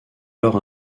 alors